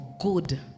good